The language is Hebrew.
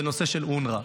בנושא של אונר"א.